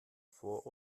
vor